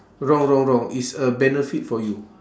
wrong wrong wrong it's a benefit for you